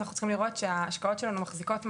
אנחנו צריכים לראות שההשקעות שלנו מחזיקות מעמד,